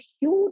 huge